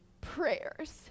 prayers